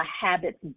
habits